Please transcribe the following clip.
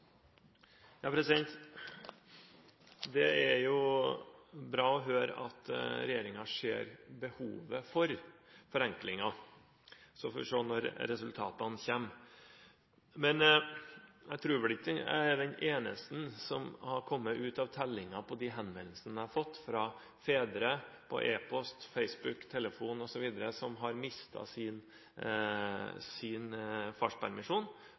får vi se når resultatene kommer. Men jeg tror vel ikke jeg er den eneste som har kommet ut av tellingen på de henvendelsene jeg har fått på e-post, på Facebook, på telefoner osv. fra fedre som har mistet sin farspermisjon